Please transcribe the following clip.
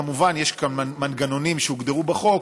כמובן, יש מנגנונים שהוגדרו בחוק: